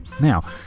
Now